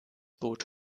boot